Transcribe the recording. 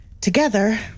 Together